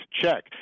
check